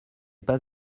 pas